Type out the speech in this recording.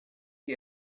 you